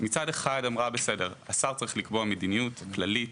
מצד אחד אמרה: השר צריך לקבוע מדיניות כללית